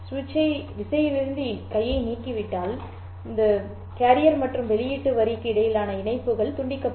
சுவிட்ச் துண்டிக்கப்பட்ட விசையிலிருந்து உங்கள் கையை நீக்கிவிட்டு கேரியர் மற்றும் வெளியீட்டு வரிக்கு இடையிலான இணைப்புகளிலிருந்து கேரியர் அணைக்கப்படும்